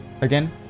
again